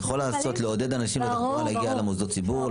יכול לעודד אנשים להגיע בתחבורה למוסדות ציבור,